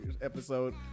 episode